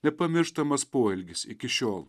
nepamirštamas poelgis iki šiol